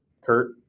Kurt